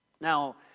Now